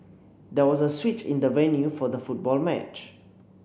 there was a switch in the venue for the football match